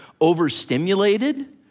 overstimulated